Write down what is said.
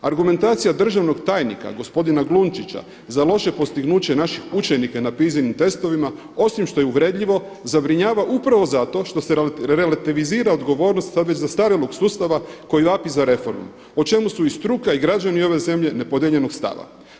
Argumentacija državnog tajnika gospodina Glunčića za loše postignuće naših učenika na PISA-inim testovima osim što je uvredljivo, zabrinjava upravo zato što se relativizira odgovornost sada već zastarjelog sustava koji vapi za reformom o čemu su i struka i građani ove zemlje nepodijeljenog stava.